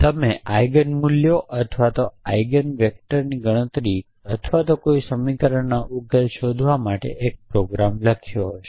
તમે આઇગન મૂલ્યો અથવા આઇગન વેક્ટર્સની ગણતરી કરવા અથવા કોઈ સમીકરણના ઉકેલ શોધવા માટે એક પ્રોગ્રામ લખ્યો છે